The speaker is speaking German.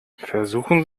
versuchen